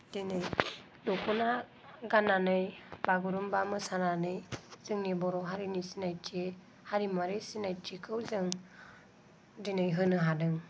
दिनै दख'ना गाननानै बागुरुमबा मोसानानै जोंनि बर' हारिनि सिनायथि हारिमुआरि सिनायथिखौ जों दिनै होनो हादों